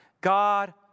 God